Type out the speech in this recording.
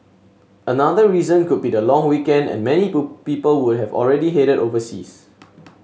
another reason could be the long weekend and many people would have already headed overseas